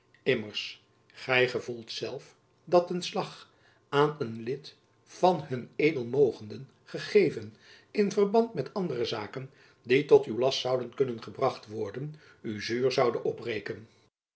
gy gevoelt zelf dat een slag aan een lid van hun edel mogenden gegeven in verband met andere zaken die tot uw last zouden kunnen gebracht worden u zuur zoude opbreken